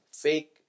fake